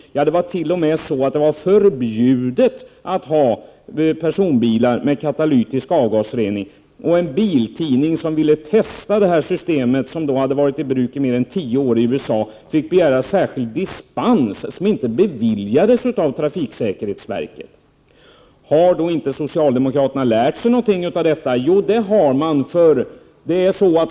Det var t.o.m. förbjudet att ha personbilar med katalytisk avgasrening. En biltidning som ville testa det systemet, som då hade varit i bruk i mer än tio år i USA, fick begära särskild dispens, som inte beviljades av trafiksäkerhetsverket. Har då inte socialdemokraterna lärt sig någonting av detta? Jo, det har man.